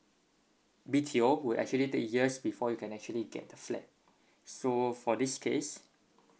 B_T_O will actually take years before you can actually get the flat so for this case